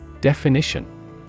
Definition